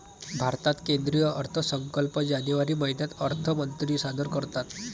भारतात केंद्रीय अर्थसंकल्प जानेवारी महिन्यात अर्थमंत्री सादर करतात